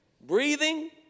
breathing